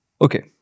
Okay